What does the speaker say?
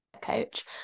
coach